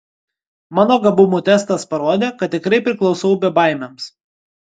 mano gabumų testas parodė kad tikrai priklausau bebaimiams